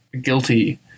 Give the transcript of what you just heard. guilty